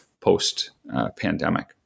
post-pandemic